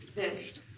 this.